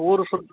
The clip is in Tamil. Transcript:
ஊர் சுத்